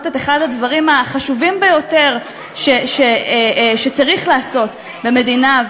את אחד הדברים החשובים ביותר שצריך לעשות במדינה,